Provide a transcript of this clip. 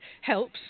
helps